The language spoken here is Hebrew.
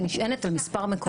שנשענת על מספר מקורות.